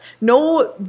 no